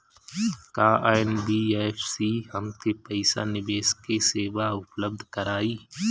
का एन.बी.एफ.सी हमके पईसा निवेश के सेवा उपलब्ध कराई?